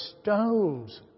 stones